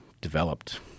developed